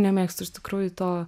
nemėgstu iš tikrųjų to